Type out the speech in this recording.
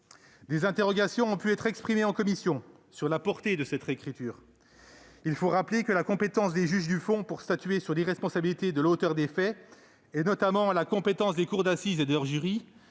Des interrogations ont pu être exprimées en commission sur la portée de cette réécriture. Il faut rappeler que la compétence des juges du fond pour statuer sur l'irresponsabilité de l'auteur des faits, notamment la compétence des cours d'assises et de leur jury,